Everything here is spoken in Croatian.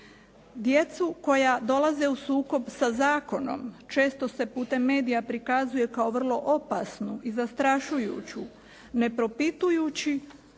Djecu koja dolaze u sukob sa zakonom često se putem medija prikazuje kao vrlo opasnu i zastrašujuću, ne propitujući